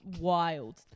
wild